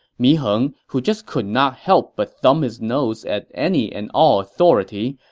mi heng, who just could not help but thumb his nose at any and all authority,